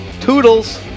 Toodles